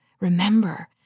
remember